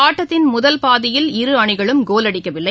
ஆட்டத்தின் முதல் பாதியில் இரு அணிகளும் கோல் அடிக்கவில்லை